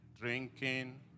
drinking